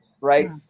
Right